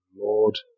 Lord